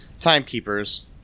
Timekeepers